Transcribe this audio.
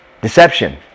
Deception